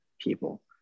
people